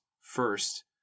first